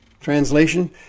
Translation